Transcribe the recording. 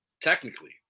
Technically